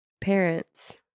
parents